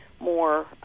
more